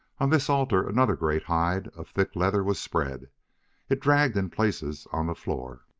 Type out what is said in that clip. on this altar another great hide of thick leather was spread it dragged in places on the floor.